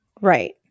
Right